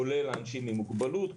כולל אנשים עם מוגבלות,